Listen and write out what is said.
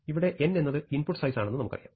ഇവിടെ n എന്നത് input സൈസ്ആണെന്ന് നമുക്കറിയാം